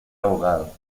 abogado